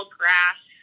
grass